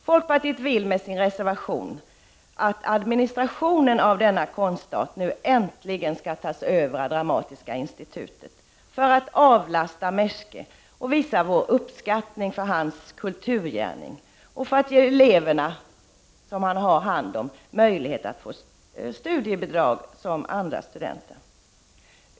Folkpartiet vill med sin reservation att administrationen av denna konstart nu äntligen skall tas över av Dramatiska institutet för att avlasta Meschke, för att visa vår uppskattning av hans kulturgärning och för att ge de elever han har hand om möjlighet att få studiebidrag som andra studenter.